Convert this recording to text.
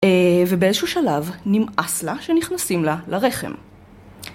ובאיזשהו שלב נמאס לה שנכנסים לה לרחם.